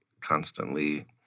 constantly